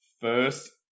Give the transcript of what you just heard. first